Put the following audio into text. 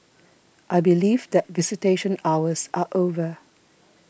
I believe that visitation hours are over